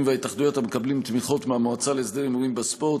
וההתאחדויות המקבלים תמיכות מהמועצה להסדר ההימורים בספורט,